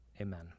Amen